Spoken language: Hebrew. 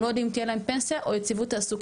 הם לא יודעים אם תהיה להם פנסיה או יציבות תעסוקתית.